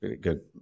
good